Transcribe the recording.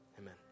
Amen